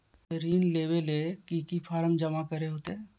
ऋण लेबे ले की की फॉर्म जमा करे होते?